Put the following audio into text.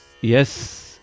Yes